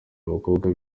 abakobwa